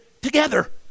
together